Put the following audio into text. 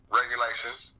regulations